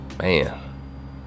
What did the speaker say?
Man